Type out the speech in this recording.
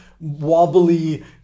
wobbly